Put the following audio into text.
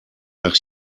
nach